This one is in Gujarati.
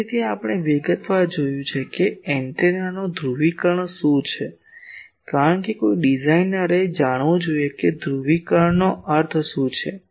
હવે તેથી આપણે વિગતવાર જોયું છે કે એન્ટેનાનું ધ્રુવીકરણ શું છે કારણ કે કોઈ ડિઝાઇનરને જાણવું જોઈએ કે ધ્રુવીકરણનો અર્થ શું છે